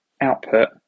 output